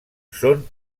són